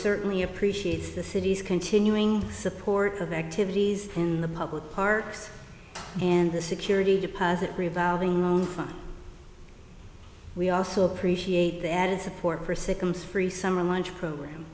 certainly appreciates the city's continuing support of activities in the public parks and the security deposit revolving loan fund we also appreciate the added support for a second spree summer lunch program